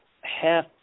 half